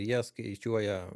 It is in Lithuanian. jie skaičiuoja